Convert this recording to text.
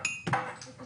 שאמר עכשיו